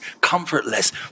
comfortless